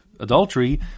Adultery